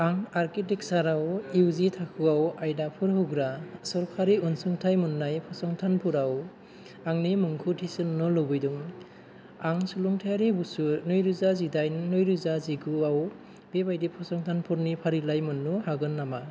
आं आर्किटेक्सारआव इउ जि थाखोआव आयदाफोर होग्रा सोरखारि अनसुंथाइ मोन्नाय फसंथानफोराव आंनि मुंखौ थिसन्नो लुबैदों आं सोलोंथायारि बोसोर नै रोजा जिदाइन नै रोजा जिगुआव बेबायदि फसंथानफोरनि फारिलाइ मोननो हागोन नामा